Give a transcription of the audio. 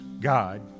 God